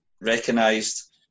recognised